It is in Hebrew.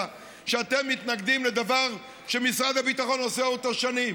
כשאתם מתנגדים לדבר שמשרד הביטחון עושה אותו שנים?